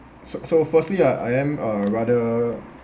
so so firstly uh I am uh rather